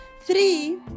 Three